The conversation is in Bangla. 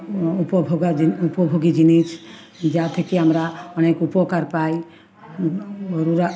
উপভোগা উপভোগী জিনিস যা থেকে আমরা অনেক উপকার পাই